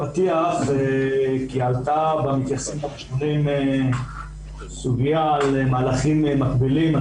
עלתה גם התייחסות לגבי מהלכים מקבילים.